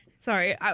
Sorry